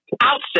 outset